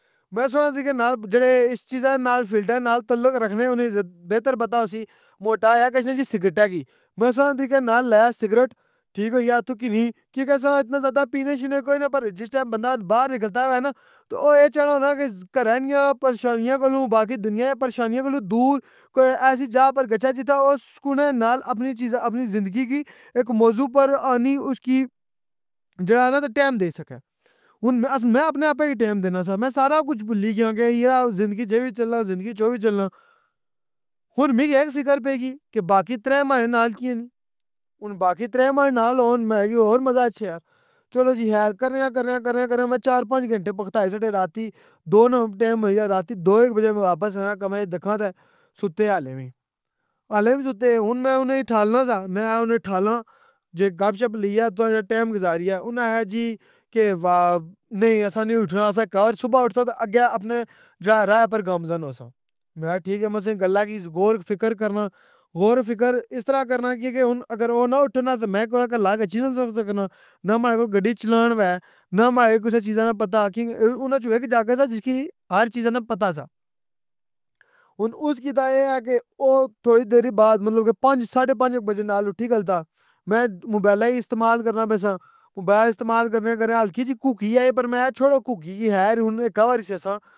میں سنیا سی کہ نال جیڑے اس چیزاں نال فلٹر نال تعلق رکھنے ہونے بہتر پتہ ہوسی موٹا ہے کشنی جی سگرٹہ کی۔ میں سوہنے طریقے نال لایا سگرٹ ٹھیک ہوئی گیا اتھوں گھینی کیونکہ اساں اتنا زیادہ پینے شینے کوئی نہ پرجس ٹیم بندہ باہر نکلتا ہوے نا تو او اے چاہناں اوناں کہ گھرے نیاں پریشانیاں کولوں باقی دنیا نی پریشانیاں کولوں دور کوئی ایسی جا پر گچھے جیتھا او سکونے نال اپنی چیزہ اپنی زندگی کی ایک موضوع پر آنی اس کی جیڑا ہے نہ ٹائم دے سکے۔ میں اپنے آپے کی ٹائم دینا سا، میں سارا کچھ بھلی گیاں کہ یرا زندگی اچ اے وی چلنا زندگی اچ اووی چلنا۔ فر مکی اے فکر پہ گی کہ باقی ترے ماڑے نال کیاں نئ ہن باقی ترے ماڑے نال ہون میں یو اور مزہ اچھے آ۔ چلو جی خیر کرنیاں کرنیاں کرنیاں میں چار پانچ گھنٹے پکھتاۓ راتی دو نہ ٹیم ہوئی گیا راتی دو ایک بجے میں واپس آیا کمرے اچ دکھاں تہ سُتے ہالے وی۔ ہالے وی سُتے۔ ہن میں اناں کی اٹھالنا سا، میں اناں اٹھالنا جے گپ شپ لیا تُساں ٹائم گزاریا۔ اناں آخیا جی کہ واہ نہیں اساں نہیں اٹھنا اساں گھر صبح اٹھساں تہ اگّے اپنے جیڑا راہ پر گامزن ہوساں۔ میں اخیا ٹھیک ہے، میں تُساں نی گلاں کی غور فکر کرنا۔ غور فکر اس طرح کرنا کہ ہن اگر او نہ اٹھن نہ تہ میں کور کلّا گچھی نہ سکنا۔ نہ ماڑے کول گڈی چلان ہوے نہ ماڑے کی کوساں چیزاں نہ پتہ کہ اناں اچوں اک جا کت آ جسکی ہر چیزاں نا پتہ سہ۔ ہن اس کیتا اے آ کہ او تھوڑی دیری بعد مطلب کے پانچ ساڑھے پانچ بجے نال اٹھی کھلتا۔ میں موبائلا کی استعمال کرنا پیساں، موبائل استعمال کرنے کرنے ہلکی جی کوکھی آئی پر میں اخیا چھوڑو کوکھی کی خیرای ہن اکّہ واری سیساں